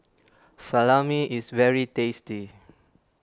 Salami is very tasty